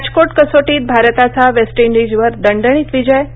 राजकोट कसोटीत भारताचा वेस्ट इंडीजवर दणदणीत विजय